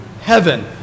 heaven